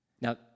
Now